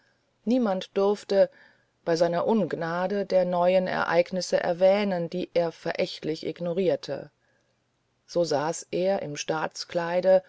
niemand durfte bei seiner ungnade der neuen ereignisse erwähnen die er verächtlich ignorierte so saß er im